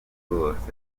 rwose